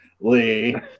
Lee